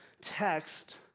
text